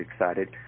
excited